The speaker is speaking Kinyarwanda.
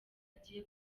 agiye